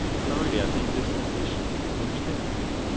so really i think this transition will be difficult.